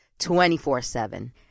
24-7